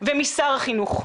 ומשר החינוך,